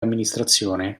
amministrazione